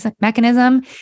mechanism